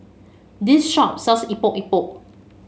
this shop sells Epok Epok